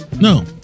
no